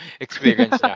experience